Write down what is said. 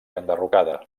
enderrocada